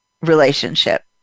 relationship